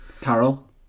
Carol